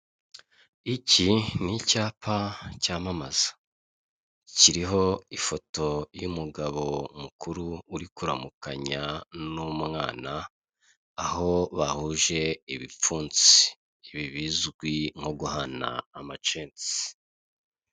Iki ni icyapa cyamamaza. Kiriho ifoto y'umugabo mukuru uri kuramukanya n'umwana, aho bahuje ibipfunsi ibi bizwi nko guhana amacensi.